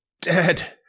Dead